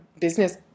business